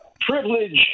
privilege